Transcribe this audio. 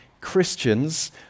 Christians